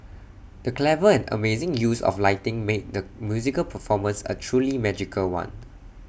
the clever and amazing use of lighting made the musical performance A truly magical one